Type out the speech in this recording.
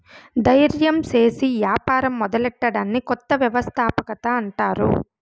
దయిర్యం సేసి యాపారం మొదలెట్టడాన్ని కొత్త వ్యవస్థాపకత అంటారు